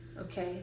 okay